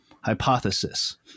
hypothesis